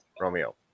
Romeo